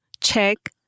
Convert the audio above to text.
check